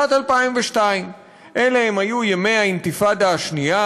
שנת 2002. אלה היו ימי האינתיפאדה השנייה,